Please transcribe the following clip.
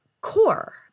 core